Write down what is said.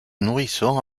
nourrisson